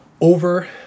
over